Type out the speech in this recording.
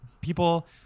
people